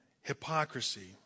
hypocrisy